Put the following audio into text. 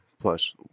plus